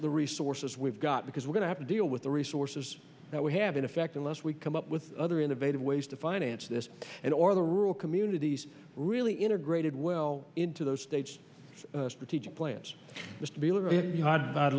the resources we've got because we're going to happen deal with the resources that we have in effect unless we come up with other innovative ways to finance this and or the rural communities really integrated well into those states strategic plans